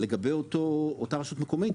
לגבי אותה רשות מקומית,